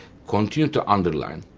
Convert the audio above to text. continue to underline.